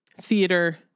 theater